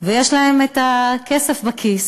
ויש להם את הכסף בכיס.